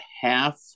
half